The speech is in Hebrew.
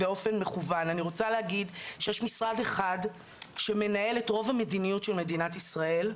אני רוצה להגיד שיש משרד אחד שמנהל את רוב המדיניות של מדינת ישראל,